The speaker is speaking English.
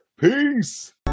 peace